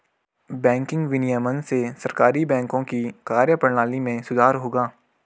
banking विनियमन से सहकारी बैंकों की कार्यप्रणाली में सुधार होगा